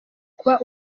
kuba